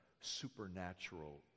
supernatural